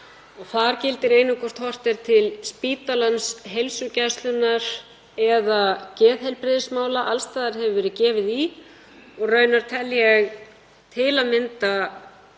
Þar gildir einu hvort horft er til spítalans, heilsugæslunnar eða geðheilbrigðismála, alls staðar hefur verið gefið í og raunar tel ég árangurinn